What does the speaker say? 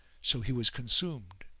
so he was consumed,